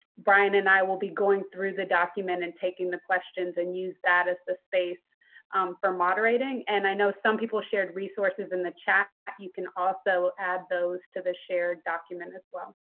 brian and i will be going through the document and taking the questions and use that as the space for moderating. and i know some people shared resources in the chapter. you can also add those to the shared document as well.